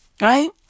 right